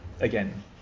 again